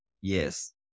Yes